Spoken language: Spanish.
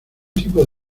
tipo